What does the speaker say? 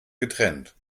getrennt